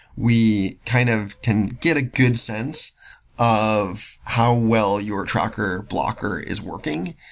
we kind of can get a good sense of how well your tracker blocker is working.